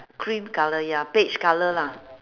cream colour ya beige colour lah